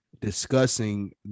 discussing